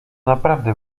naprawdę